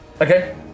Okay